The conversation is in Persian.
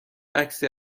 عکسی